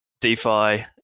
DeFi